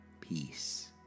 peace